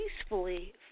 peacefully